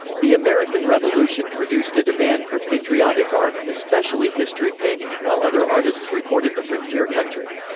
the american revolution produced a demand for patriotic art, especially history painting, while other artists recorded the frontier country.